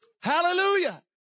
Hallelujah